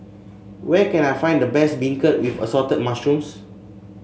where can I find the best beancurd with Assorted Mushrooms